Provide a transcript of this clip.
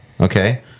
Okay